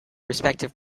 respective